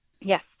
Yes